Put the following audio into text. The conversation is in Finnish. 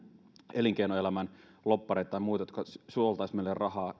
elinkeinoelämän lobbareita tai muita jotka suoltaisivat meille rahaa